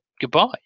goodbye